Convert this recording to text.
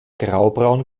graubraun